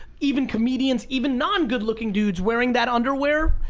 even comedians, even non good looking dudes wearing that underwear,